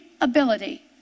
ability